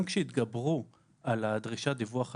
גם שהתגברו על דרישת הדיווח הזאת,